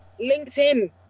LinkedIn